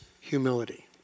humility